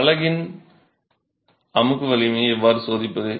அலகின் அமுக்கு வலிமையை எவ்வாறு சோதிப்பது